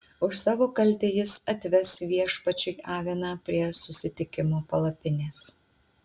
už savo kaltę jis atves viešpačiui aviną prie susitikimo palapinės